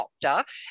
doctor